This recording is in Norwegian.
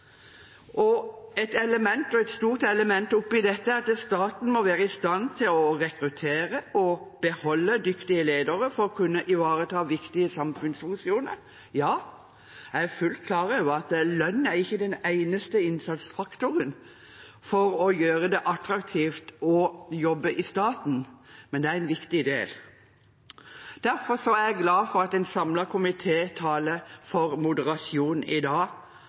lønnsdrivende. Et stort element i dette er at staten må være i stand til å rekruttere og beholde dyktige ledere for å kunne ivareta viktige samfunnsfunksjoner. Jeg er fullt klar over at lønn ikke er den eneste innsatsfaktoren for å gjøre det attraktivt å jobbe i staten, men det er en viktig del. Derfor er jeg glad for at en samlet komité i dag taler for moderasjon.